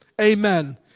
amen